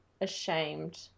ashamed